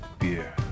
beer